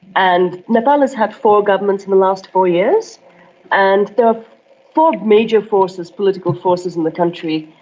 and nepal has had four governments in the last four years and there are four major forces, political forces, in the country.